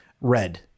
Red